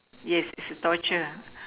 yes is a torture